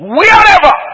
Wherever